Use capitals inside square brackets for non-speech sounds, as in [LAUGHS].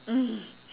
[LAUGHS]